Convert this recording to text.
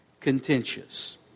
contentious